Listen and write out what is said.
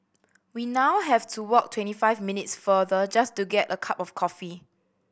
we now have to walk twenty five minutes farther just to get a cup of coffee